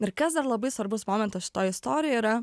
ir kas dar labai svarbus momentas šitoj istorijoj yra